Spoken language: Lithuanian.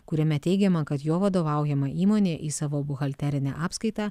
kuriame teigiama kad jo vadovaujama įmonė į savo buhalterinę apskaitą